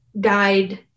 guide